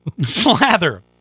slather